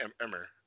Emmer